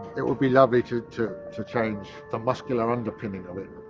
it would be lovely to, to, to change the muscular underpinning of it.